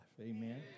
Amen